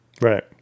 Right